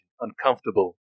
uncomfortable